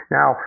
Now